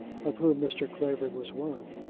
of whom mr. clavering was one,